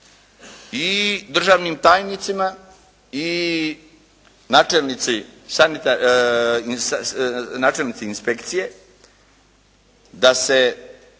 i državnim tajnicima i načelnici inspekcije da se